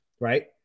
right